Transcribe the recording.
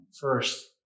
First